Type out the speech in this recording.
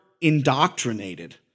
indoctrinated